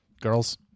girls